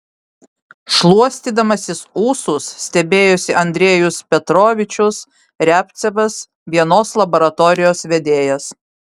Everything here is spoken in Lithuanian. šluostydamasis ūsus stebėjosi andrejus petrovičius riabcevas vienos laboratorijos vedėjas